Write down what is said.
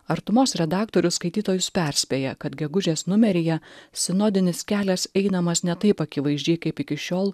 artumos redaktorius skaitytojus perspėja kad gegužės numeryje sinodinis kelias einamas ne taip akivaizdžiai kaip iki šiol